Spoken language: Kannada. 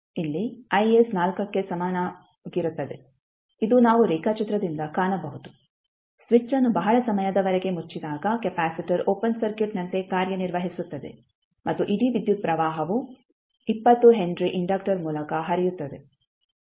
ಇಲ್ಲಿ 4 ಕ್ಕೆ ಸಮನಾಗಿರುತ್ತದೆ ಇದು ನಾವು ರೇಖಾಚಿತ್ರದಿಂದ ಕಾಣಬಹುದು ಸ್ವಿಚ್ ಅನ್ನು ಬಹಳ ಸಮಯದವರೆಗೆ ಮುಚ್ಚಿದಾಗ ಕೆಪಾಸಿಟರ್ ಓಪನ್ ಸರ್ಕ್ಯೂಟ್ನಂತೆ ಕಾರ್ಯನಿರ್ವಹಿಸುತ್ತದೆ ಮತ್ತು ಇಡೀ ವಿದ್ಯುತ್ ಪ್ರವಾಹವು 20 ಹೆನ್ರಿ ಇಂಡಕ್ಟರ್ ಮೂಲಕ ಹರಿಯುತ್ತದೆ